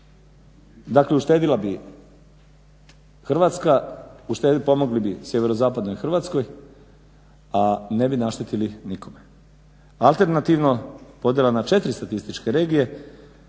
dakle uštedila bi Hrvatska, pomogli bi sjeverozapadnoj Hrvatskoj, a ne bi naštetili nikome. Alternativno podjela na 4 statističke regije